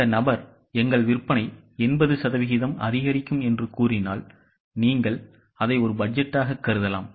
அந்த நபர் எங்கள் விற்பனை 80 சதவிகிதம் அதிகரிக்கும் என்று கூறினால் நீங்கள் அதை ஒரு பட்ஜெட்டாக கருதலாம்